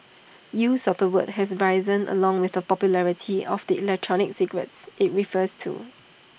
use of the word has risen along with the popularity of the electronic cigarettes IT refers to